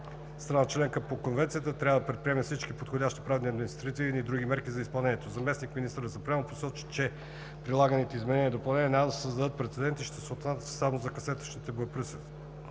страна по Конвенцията, трябва да предприеме всички подходящи правни, административни и други мерки за изпълнението й. Заместник-министър Запрянов посочи, че предлаганите изменения и допълнения няма да създадат прецедент и ще се отнасят само за касетъчните боеприпаси.